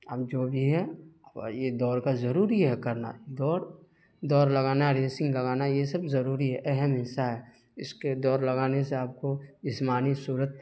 اب جو بھی ہے یہ دوڑ کا ضروری ہے کرنا دوڑ دوڑ لگانا ریسنگ لگانا یہ سب ضروری ہے اہم حصہ ہے اس کے دوڑ لگانے سے آپ کو جسمانی صورت